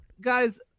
guys